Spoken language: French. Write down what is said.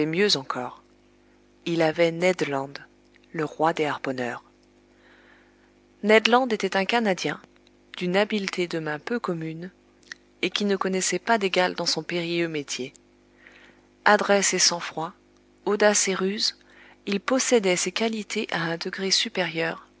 mieux encore il avait ned land le roi des harponneurs ned land était un canadien d'une habileté de main peu commune et qui ne connaissait pas d'égal dans son périlleux métier adresse et sang-froid audace et ruse il possédait ces qualités à un degré supérieur